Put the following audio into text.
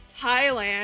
Thailand